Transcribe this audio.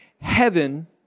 heaven